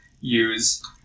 use